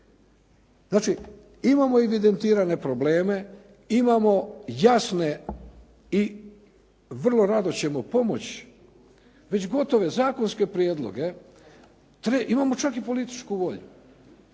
Znači imamo evidentirane probleme, imamo jasne i vrlo rado ćemo pomoći, već gotove zakonske prijedloge, imamo čak i političku volju.